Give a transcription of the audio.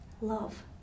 Love